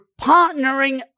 partnering